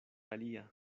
alia